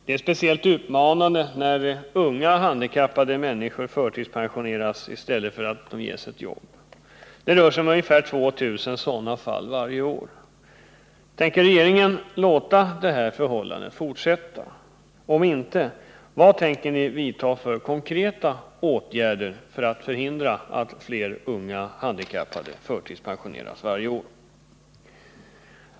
Det är speciellt utmanande när unga handikappade människor förtidspensioneras i stället för att ges ett jobb. Det rör sig om ungefär 2 000 sådana fall varje år. Tänker regeringen låta detta förhållande fortsätta? Om inte, vad tänker ni vidta för konkreta åtgärder för att förhindra att allt fler unga handikappade förtidspensioneras varje år?